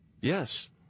Yes